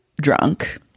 drunk